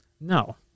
No